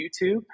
YouTube